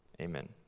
Amen